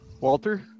Walter